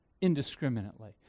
indiscriminately